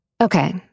Okay